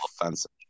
offensive